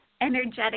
energetic